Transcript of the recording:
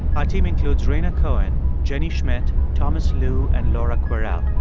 our team includes rhaina cohen, jenny schmidt, thomas lu and laura kwerel